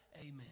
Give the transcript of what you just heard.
amen